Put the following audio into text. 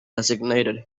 designated